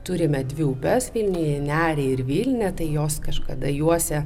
turime dvi upes vilnį ir nerį ir vilnia tai jos kažkada juosė